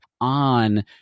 on